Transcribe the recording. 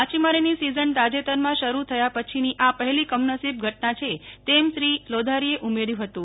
માછીમારીની season તાજેતરમાં શરૂ થયા પછીની આ પહેલી કમનસીબ ઘટના છે તેમ શ્રી લોધારીએ ઉમેર્યું હતું